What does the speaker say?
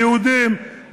יהודים,